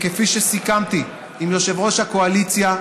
כפי שסיכמתי עם יושב-ראש הקואליציה,